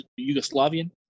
Yugoslavian